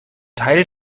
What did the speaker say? teil